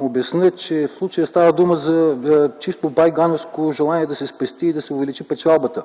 обясня, че в случая става дума за чисто бай Ганьовско желание да се спести и да се увеличи печалбата